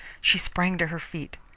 she sprang to her feet.